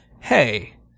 hey